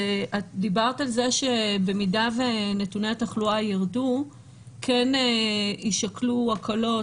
את דיברת על זה שבמידה שנתוני התחלואה יירדו כן יישקלו הקלות,